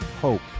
HOPE